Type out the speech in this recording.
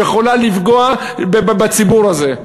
שיכולה לפגוע בציבור הזה.